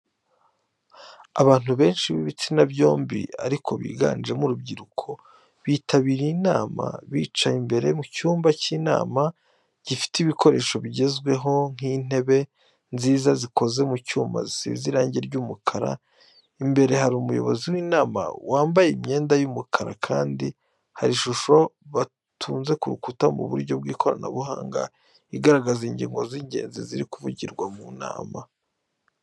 Abantu benshi b'ibitsina byombi ariko biganjemo urubyiruko bitabiriye inama, bicaye imbere mu cyumba cy’inama gifite ibikoresho bigezweho nk'intebe nziza zikoze mu cyuma zisize irangi ry'umukara. Imbere hari umuyobozi w'inama wambaye imyenda y'umukara kandi hari ishusho batunze ku rukuta mu buryo bw'ikoranabuhanga, igaragaza ingingo z'ingenzi ziri kuvugirwa mu nama.